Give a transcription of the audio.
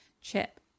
Chip